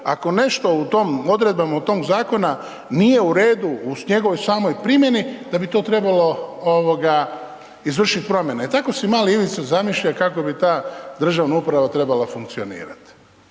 ako nešto u tom, odredbama tog zakona, nije u redu u njegovoj samoj primjeni, onda bi to trebalo izvršiti promjene. I tako se mali Ivica zamišlja kako bi ta državna uprava trebala funkcionirati.